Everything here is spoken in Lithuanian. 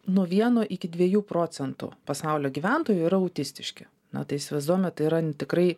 nuo vieno iki dviejų procentų pasaulio gyventojų yra autistiški na tai įsivaizduojame tai yra tikrai